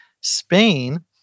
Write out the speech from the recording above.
Spain